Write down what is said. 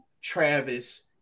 Travis